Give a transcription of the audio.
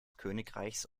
königreichs